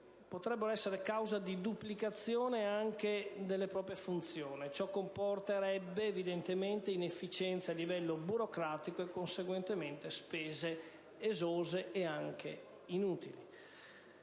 potrebbero essere causa di duplicazione anche delle proprie funzioni. Ciò comporterebbe evidentemente inefficienza a livello burocratico e conseguentemente spese esose e anche inutili.